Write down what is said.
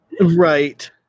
right